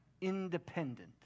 Independent